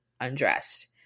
undressed